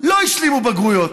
לא השלימו בגרויות?